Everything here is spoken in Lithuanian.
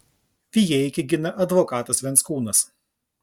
vijeikį gina advokatas venckūnas